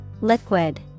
Liquid